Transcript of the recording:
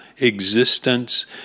existence